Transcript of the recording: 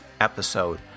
episode